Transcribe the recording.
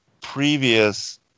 previous